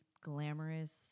glamorous